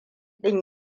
ɗin